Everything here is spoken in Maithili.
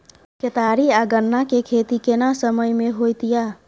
केतारी आ गन्ना के खेती केना समय में होयत या?